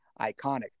iconic